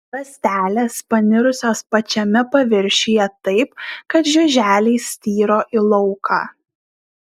ląstelės panirusios pačiame paviršiuje taip kad žiuželiai styro į lauką